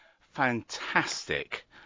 fantastic